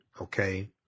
okay